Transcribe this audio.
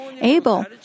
Abel